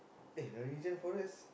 eh norwegian forest